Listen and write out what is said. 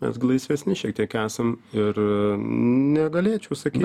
mes gi laisvesni šiek tiek esam ir negalėčiau sakyt